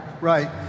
Right